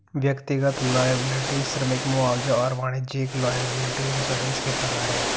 व्यक्तिगत लॉयबिलटी श्रमिक मुआवजा और वाणिज्यिक लॉयबिलटी इंश्योरेंस के प्रकार हैं